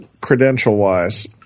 credential-wise